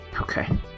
Okay